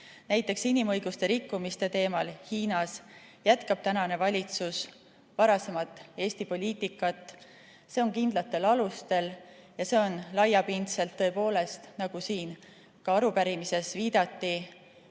Näiteks inimõiguste rikkumise teemal Hiinas jätkab tänane valitsus varasemat Eesti poliitikat. See on kindlatel alustel ja laiapindne, tõepoolest, nagu ka arupärimises viidati.